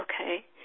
Okay